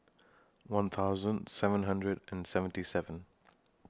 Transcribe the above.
one thousand seven hundred and seventy seven